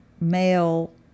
male